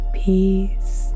peace